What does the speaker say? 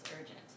urgent